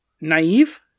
Naive